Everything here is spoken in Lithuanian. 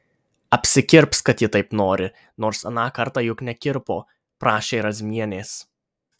apsikirps kad ji taip nori nors aną kartą juk nekirpo prašė razmienės